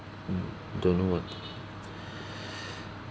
mm don't know what